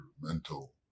mental